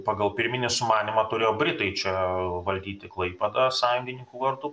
pagal pirminį sumanymą turėjo britai čia valdyti klaipėdą sąjungininkų vartų